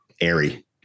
airy